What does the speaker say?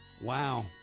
Wow